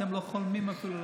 אתם לא חולמים אפילו לעשות.